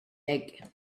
egg